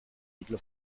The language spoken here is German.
edle